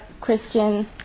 Christian